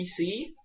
PC